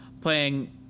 Playing